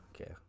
Okay